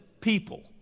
people